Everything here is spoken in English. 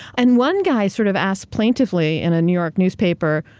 and one guy sort of asked plaintively, in a new york newspaper,